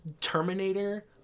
Terminator